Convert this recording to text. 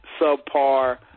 subpar